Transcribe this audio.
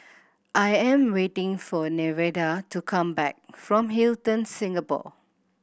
I am waiting for Nevada to come back from Hilton Singapore